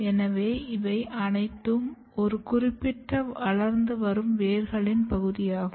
எனவே இவை அனைத்தும் ஒரு குறிப்பிட்ட வளர்ந்து வரும் வேர்களின் பகுதியாகும்